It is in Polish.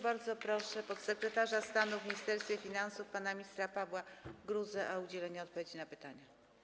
Bardzo proszę podsekretarza stanu w Ministerstwie Finansów pana ministra Pawła Gruzę o udzielenie odpowiedzi na pytania.